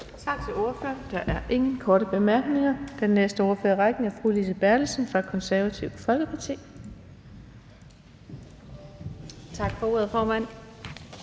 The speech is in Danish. Tak til ordføreren. Der er ingen korte bemærkninger. Den næste ordfører i rækken er fru Lise Bertelsen fra Det Konservative Folkeparti. Kl. 09:58 (Ordfører)